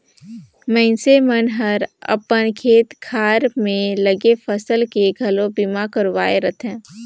मइनसे मन हर अपन खेत खार में लगे फसल के घलो बीमा करवाये सकथे